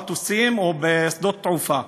במטוסים ובשדות תעופה,